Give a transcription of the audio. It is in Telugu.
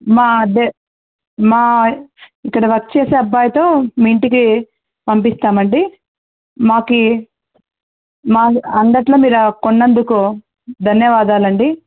మాడే మా ఇక్కడ వర్క్ చేసే అబ్బాయితో మీ ఇంటికి పంపిస్తాం అండి మాకి మా అంగడిలో మీరు కొన్నందుకు ధన్యవాదాలు అండి